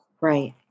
Right